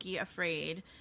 afraid